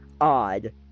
odd